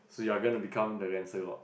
so you're gonna become the